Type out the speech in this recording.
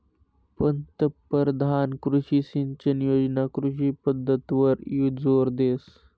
पंतपरधान कृषी सिंचन योजना कृषी पद्धतवर जोर देस